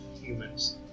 humans